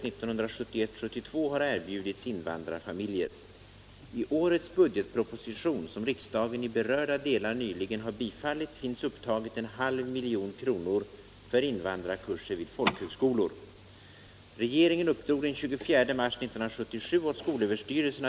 Denna spärr betraktas av många invandrare, som bestämt sig för att stanna i vårt land och erhållit medborgarskap, som djupt orättvis, då behovet av att förbättra kunskaperna inte upphör därför att de är svenska medborgare.